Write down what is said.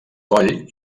coll